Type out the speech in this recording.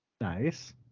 Nice